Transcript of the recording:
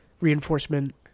reinforcement